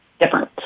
different